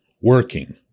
working